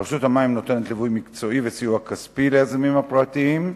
רשות המים נותנת ליווי מקצועי וסיוע כספי ליזמים הפרטיים,